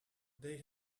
they